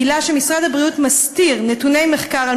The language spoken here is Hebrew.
גילה שמשרד הבריאות מסתיר נתוני מחקר על